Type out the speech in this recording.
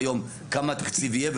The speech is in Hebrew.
כמה תקציב יהיה.